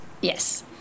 Yes